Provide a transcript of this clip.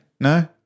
No